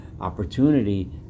opportunity